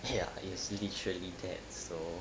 ya it's literally that so